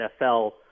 NFL